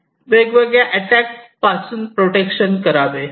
तर वेगवेगळ्या अटॅक पासून प्रोटेक्शन करावे